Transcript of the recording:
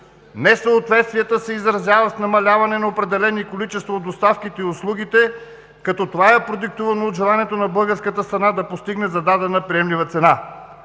Несъответствията се изразяват в намаляване на определени количества от доставките и услугите, като това е продиктувано от желанието на българската страна да постигне зададена приемлива цена.